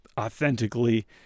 authentically